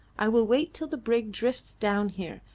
i will wait till the brig drifts down here,